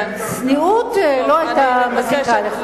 צניעות לא היתה מזיקה לך,